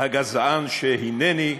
הגזען שהינני,